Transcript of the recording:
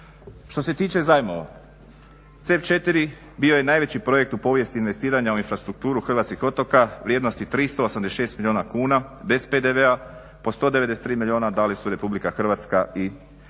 Što se tiče zajmova, CEB 4 bio je najveći projekt u povijesti investiranja u infrastrukturu hrvatskih otoka vrijednosti 386 milijuna kuna bez PDV-a po 193 milijuna dali su RH i Banka